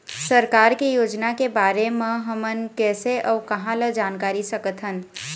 सरकार के योजना के बारे म हमन कैसे अऊ कहां ल जानकारी सकथन?